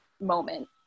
moment